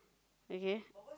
okay